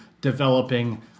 developing